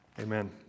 Amen